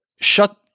shut